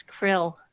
krill